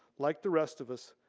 like the rest of us,